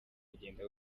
agenda